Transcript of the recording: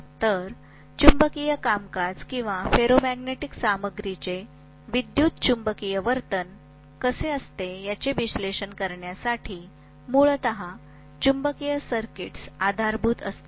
तर चुंबकीय कामकाज किंवा फेरोमॅग्नेटिक सामग्रीचे विद्युत चुंबकीय वर्तन कसे असते याचे विश्लेषण करण्यासाठी मूलत चुंबकीय सर्किट्स आधारभूत असतात